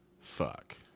Fuck